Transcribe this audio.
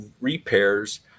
repairs